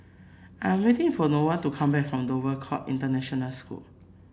I'm waiting for Noelia to come back from Dover Court International School